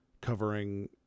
covering